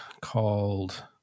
called